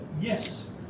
yes